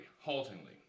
haltingly